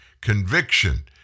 conviction